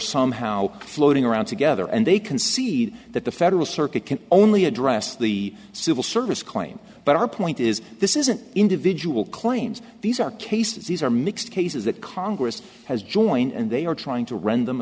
somehow floating around together and they concede that the federal circuit can only address the civil service claim but our point is this is an individual claims these are cases these are mixed cases that congress has joined and they are trying to run them